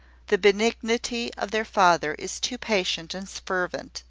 the benignity of their father is too patient and fervent,